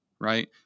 Right